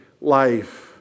life